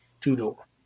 two-door